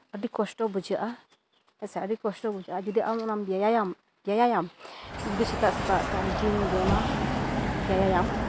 ᱟᱹᱰᱤ ᱠᱚᱥᱴᱚ ᱵᱩᱡᱷᱟᱹᱜᱼᱟ ᱵᱮᱥ ᱟᱹᱰᱤ ᱠᱚᱥᱴᱚ ᱵᱩᱡᱷᱟᱹᱜᱼᱟ ᱟᱨ ᱡᱩᱫᱤ ᱟᱢ ᱚᱱᱟᱢ ᱵᱮᱭᱟᱢᱟ ᱩᱱᱫᱚ ᱥᱮᱛᱟᱜ ᱥᱮᱛᱟᱜᱼᱛᱮ ᱟᱢ ᱡᱮᱢ ᱵᱮᱭᱟᱢᱟ ᱜᱮᱞᱟᱭᱟᱢ